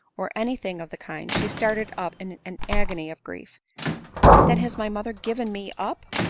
or any thing of the kind, she started up in an agony of griefa then has my mother given me up,